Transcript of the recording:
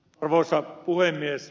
arvoisa puhemies